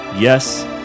Yes